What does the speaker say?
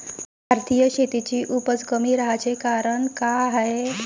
भारतीय शेतीची उपज कमी राहाची कारन का हाय?